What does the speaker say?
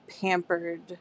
pampered